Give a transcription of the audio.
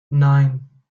nine